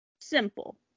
Simple